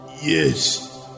Yes